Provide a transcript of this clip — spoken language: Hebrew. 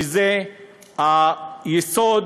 שזה היסוד